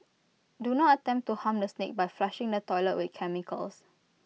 do not attempt to harm the snake by flushing the toilet with chemicals